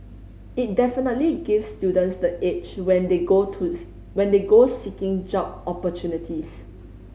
it definitely gives students the edge when they go to when they go seeking job opportunities